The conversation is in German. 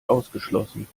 ausgeschlossen